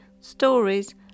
stories